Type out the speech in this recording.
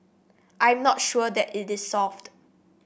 I'm not sure that it is solved